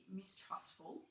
mistrustful